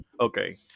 Okay